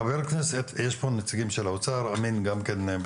חבר הכנסת, יש פה נציגים של האוצר, אמין גם כן.